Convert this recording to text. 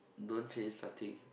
don't change nothing